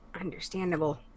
Understandable